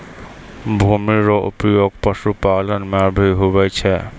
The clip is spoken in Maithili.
भूमि रो उपयोग पशुपालन मे भी हुवै छै